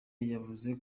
yavuze